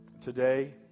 today